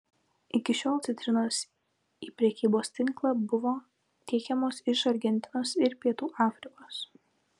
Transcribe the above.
iki šiol citrinos į prekybos tinklą buvo tiekiamos iš argentinos ir pietų afrikos